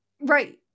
Right